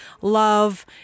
love